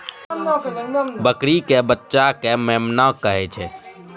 बकरी के बच्चा कॅ मेमना कहै छै